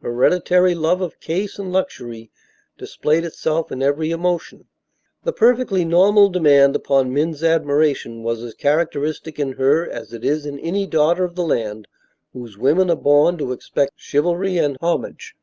hereditary love of case and luxury displayed itself in every emotion the perfectly normal demand upon men's admiration was as characteristic in her as it is in any daughter of the land whose women are born to expect chivalry and homage.